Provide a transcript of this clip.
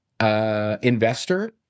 investor